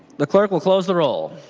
the clerk will close the roll.